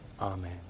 Amen